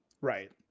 Right